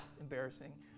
embarrassing